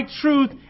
truth